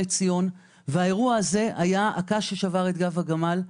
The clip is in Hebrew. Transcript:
ציון והאירוע הזה היה הקש ששבר את גב הגמל.